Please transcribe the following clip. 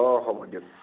অ' হ'ব দিয়ক